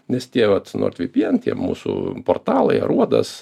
nes tie vat nordvpn tie mūsų portalai aruodas